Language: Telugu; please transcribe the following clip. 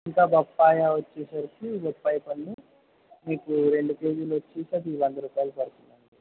ఇంకా బత్తాయి వచ్చేసరికి బత్తాయి పళ్ళు మీకు రెండు కేజీలు వచ్చి వంద రూపాయలు పడుతుంది అండి